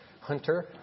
Hunter